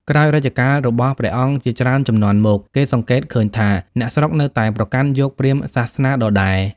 ក្រោយរជ្ជកាលរបស់ព្រះអង្គជាច្រើនជំនាន់មក គេសង្កេតឃើញថាអ្នកស្រុកនៅតែប្រកាន់យកព្រាហ្មណ៍សាសនាដដែល។